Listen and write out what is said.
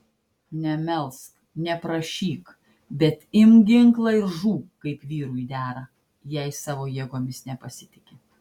nemelsk neprašyk bet imk ginklą ir žūk kaip vyrui dera jei savo jėgomis nepasitiki